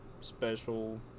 special